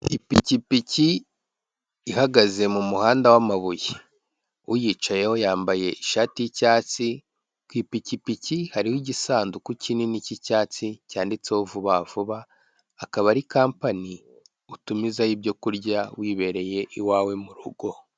Ipikipiki ihagaze mu muhanda w'amabuye, uyicayeho yambaye ishati y'icyatsi, ku ipikipiki hariho igisanduku kinini cy'icyatsi cyanditseho vuba vuba, akaba ari kampani utumizaho ibyo kurya wibereye iwawe mu rugo.